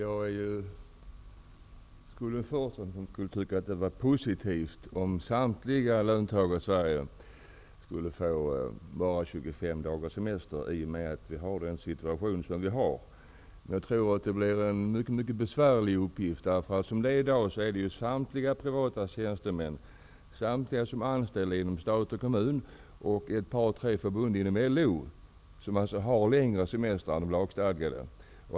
Herr talman! Jag skulle tycka att det var positivt om samtliga löntagare i Sverige fick bara 25 dagars semester med hänsyn till rådande situation. Jag tror nämligen att det här blir en synnerligen besvärlig uppgift. Som det är i dag har samtliga privatanställda tjänstemän, samtliga anställda inom stat och kommun samt ett par tre förbund inom LO längre semester än den lagstadgade.